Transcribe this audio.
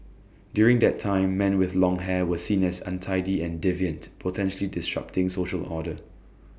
during that time man with long hair were seen as untidy and deviant potentially disrupting social order